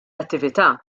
attività